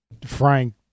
Frank